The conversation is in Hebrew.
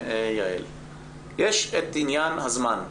יש את עניין הזמן.